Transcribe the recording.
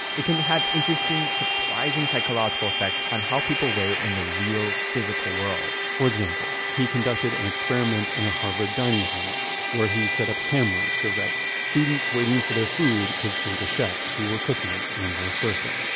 it can have interesting surprising psychological effects on how people wait in the real physical world for example, he conducted an experiment in a harvard dining hall where he set up cameras so that students waiting for their food could see the chefs who were cooking it and vice versa.